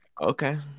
Okay